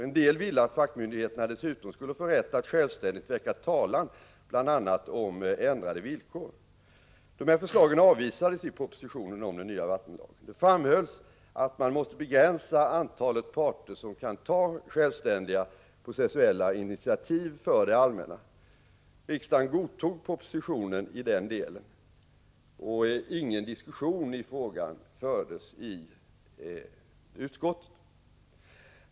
En del ville att fackmyndigheterna dessutom skulle få rätt att självständigt väcka talan, bl.a. om ändrade villkor. Dessa förslag avvisades i propositionen om den nya vattenlagen. Det framhölls att man måste begränsa antalet parter som kan ta självständiga processuella initiativ för det allmänna. Riksdagen godtog propositionen i den delen, och ingen diskussion i frågan fördes i utskottet.